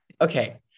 Okay